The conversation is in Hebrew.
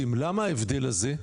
למה ההבדל הזה?